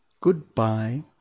Goodbye